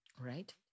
Right